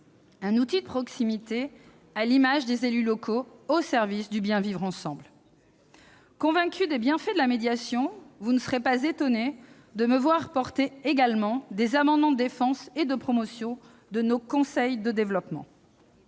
d'un outil de proximité, à l'image des élus locaux, au service du bien-vivre ensemble. Étant convaincue des bienfaits de la médiation, vous ne serez pas étonné de me voir porter également des amendements de défense et de promotion de nos conseils de développement.